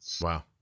Wow